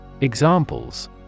Examples